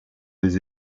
des